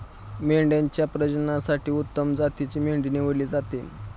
मेंढ्यांच्या प्रजननासाठी उत्तम जातीची मेंढी निवडली जाते